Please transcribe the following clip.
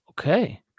Okay